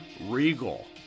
Regal